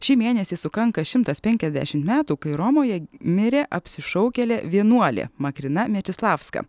šį mėnesį sukanka šimtas penkiasdešimt metų kai romoje mirė apsišaukėlė vienuolė makrina mečislavska